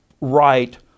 right